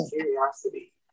curiosity